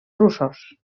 russos